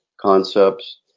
concepts